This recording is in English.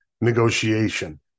negotiation